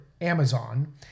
Amazon